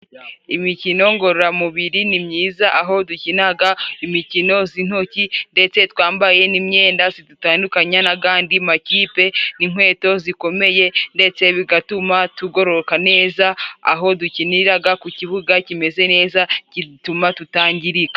Imikino ngororamubiri ni myiza, aho dukinaga imikino z'intoki ndetse twambaye n'imyenda zidutandukanya n'agandi makipe n'inkweto zikomeye ndetse bigatuma tugororoka neza, aho dukiniraga ku kibuga kimeze neza gituma tutangirika.